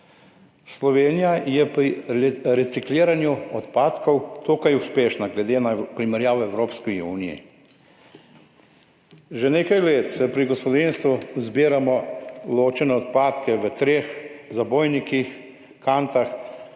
Slovenija je pri recikliranju odpadkov dokaj uspešna glede na primerjavo v Evropski uniji. Že nekaj let v gospodinjstvih zbiramo ločene odpadke v treh zabojnikih, kantah,